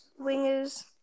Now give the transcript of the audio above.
wingers